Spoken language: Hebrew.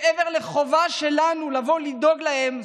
מעבר לחובה שלנו לדאוג להם,